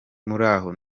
muraho